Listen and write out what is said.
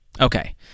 Okay